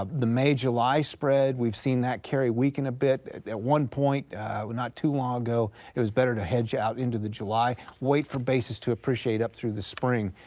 ah the may-july spread we've seen that carry weaken a bit. at one point not too long ago it was better to hedge out into the july, wait for basis to appreciate up through the spring,